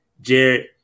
Jared